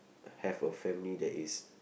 have a family that is